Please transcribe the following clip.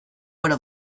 would